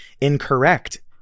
incorrect